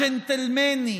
הג'נטלמני,